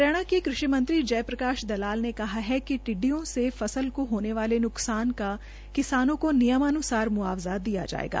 हरियाणा के कृषि मंत्री जय प्रकाश दलाल ने कहा है कि टिडिडयों सं फसल को होने वाले नुकसान का किसानों को नियमानुसार मुआवजा दिया जायेगा